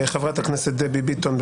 חברת הכנסת דבי ביטון,